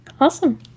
awesome